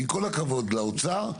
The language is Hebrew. אם כל הכבוד לאוצר,